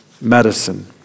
medicine